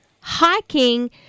hiking